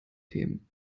themen